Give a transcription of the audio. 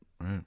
Right